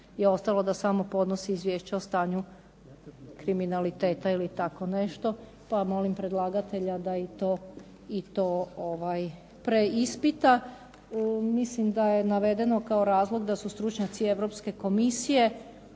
je ostalo da samo podnosi izvješća o stanju kriminaliteta ili tako nešto, pa molim predlagatelja da i to ispita. Mislim da je navedeno kao razlog da su stručnjaci Europske komisije